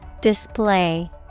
Display